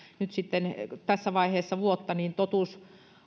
nyt sitten tässä vaiheessa vuotta totuus